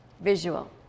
Visual